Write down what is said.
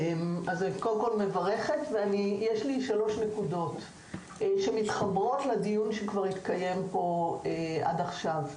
יש לי שלוש נקודות שמתחברות לדיון שכבר התקיים פה עד עכשיו.